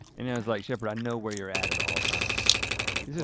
and yeah i was like shepherd, i know where you're at at all times. oh you're